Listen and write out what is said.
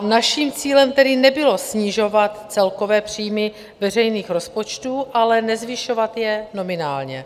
Naším cílem tedy nebylo snižovat celkové příjmy veřejných rozpočtů, ale nezvyšovat je nominálně.